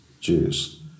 Jews